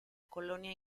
colonia